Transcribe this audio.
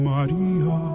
Maria